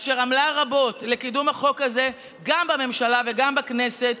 אשר עמלה רבות לקידום החוק הזה גם בממשלה וגם בכנסת,